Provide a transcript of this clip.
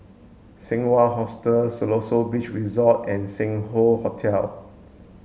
Seng Wah Hotel Siloso Beach Resort and Sing Hoe Hotel